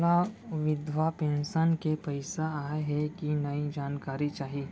मोला विधवा पेंशन के पइसा आय हे कि नई जानकारी चाही?